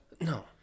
No